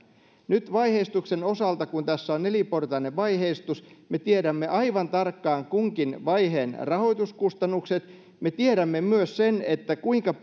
nyt vaiheistuksen osalta kun tässä on neliportainen vaiheistus me tiedämme aivan tarkkaan kunkin vaiheen rahoituskustannukset me tiedämme myös sen kuinka